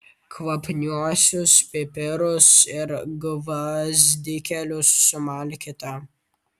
kvapniuosius pipirus ir gvazdikėlius sumalkite